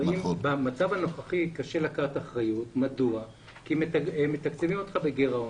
במצב הנוכחי קשה לקחת אחריות כי מתקצבים אותך בגירעון.